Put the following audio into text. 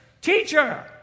teacher